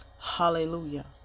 Hallelujah